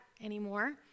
anymore